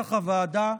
כנוסח הוועדה.